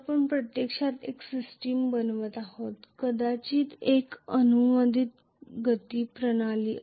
आपल्याकडे मुळात एक प्रणाली आहे ट्रान्सलेशनल मोशन सिस्टम आहे